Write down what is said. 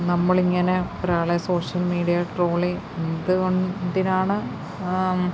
നമ്മളിങ്ങനെ ഒരാളെ social media ട്രോളി എന്തുകൊ എന്തിനാണ്